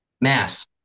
mass